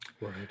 Right